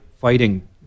fighting